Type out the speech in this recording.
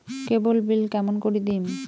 কেবল bill কেমন করি দিম?